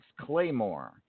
Claymore